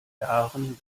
jahren